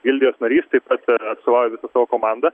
gildijos narys taip pat ir atstovauju visą savo komandą